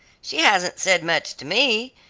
she hasn't said much to me.